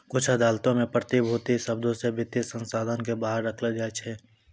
कुछु अदालतो मे प्रतिभूति शब्दो से वित्तीय साधनो के बाहर रखलो जाय छै